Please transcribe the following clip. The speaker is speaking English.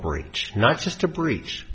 breach not just a breach